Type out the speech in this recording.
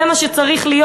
זה מה שצריך להיות.